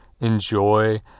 enjoy